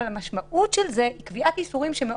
אבל המשמעות של זה היא קביעת איסורים מאוד